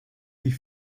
die